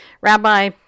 Rabbi